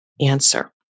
answer